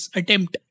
attempt